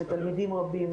מתלמידים רבים,